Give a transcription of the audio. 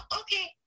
okay